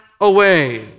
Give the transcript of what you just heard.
away